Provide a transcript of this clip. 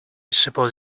suppose